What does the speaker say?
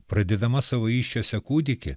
pradėdama savo įsčiose kūdikį